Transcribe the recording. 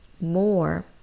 more